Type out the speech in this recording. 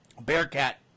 Bearcat